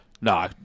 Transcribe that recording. no